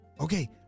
Okay